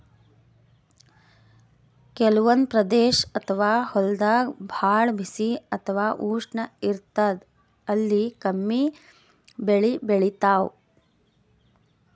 ಕೆಲವಂದ್ ಪ್ರದೇಶ್ ಅಥವಾ ಹೊಲ್ದಾಗ ಭಾಳ್ ಬಿಸಿ ಅಥವಾ ಉಷ್ಣ ಇರ್ತದ್ ಅಲ್ಲಿ ಕಮ್ಮಿ ಬೆಳಿ ಬೆಳಿತಾವ್